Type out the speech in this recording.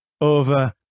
over